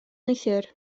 neithiwr